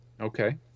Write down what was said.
Okay